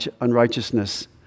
unrighteousness